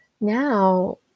now